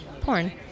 porn